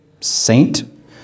saint